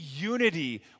unity